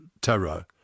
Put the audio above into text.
terror